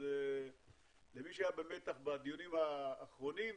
אז למי שהיה במתח בדיונים האחרונים,